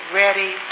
ready